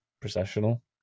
processional